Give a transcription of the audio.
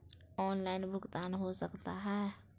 Online भुगतान हो सकता है?